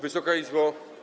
Wysoka Izbo!